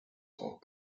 are